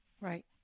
Right